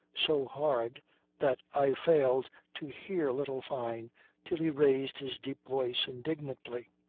so hard that i failed to hear little fyne till he raised his deep voice indignantly.